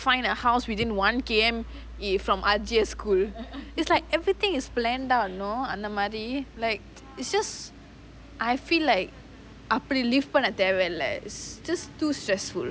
find a house from within one K_M if from R_J_S school it's like everything is planned out you know அந்த மாரி:antha maari like it's just I feel like அப்பிடி:apidi live பண்ண தேவைல்லா:panna thevailla just too stressful